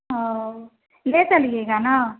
हाँ ले चलिएगा ना